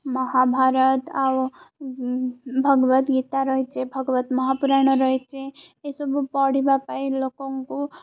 ମହାଭାରତ ଆଉ ଭଗବତ ଗୀତା ରହିଚି ଭଗବତ ମହାପୁରାଣ ରହିଛି ଏସବୁ ପଢ଼ିବା ପାଇଁ ଲୋକଙ୍କୁ